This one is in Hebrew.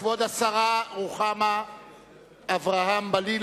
כבוד השרה רוחמה אברהם-בלילא,